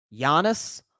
Giannis